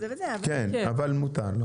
כן, אבל מותר.